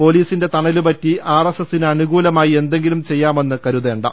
പൊലീസിന്റെ തണലു പറ്റി ആർ എസ് എസിന് അനുകൂലമായി എന്തെങ്കിലും ചെയ്യാമെന്ന് കരുതേണ്ടേ